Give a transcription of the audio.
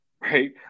right